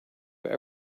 have